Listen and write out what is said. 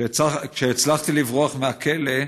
כשהצלחתי לברוח מהכלא,